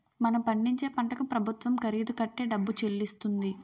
మనం పండించే పంటకు ప్రభుత్వం ఖరీదు కట్టే డబ్బు చెల్లిస్తుంది